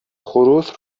خروس